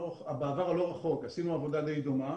בעבר הלא רחוק עשינו עבודה די דומה.